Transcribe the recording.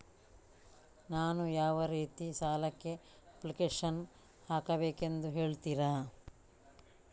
ನಾನು ಯಾವ ರೀತಿ ಸಾಲಕ್ಕೆ ಅಪ್ಲಿಕೇಶನ್ ಹಾಕಬೇಕೆಂದು ಹೇಳ್ತಿರಾ?